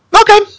Okay